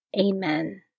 Amen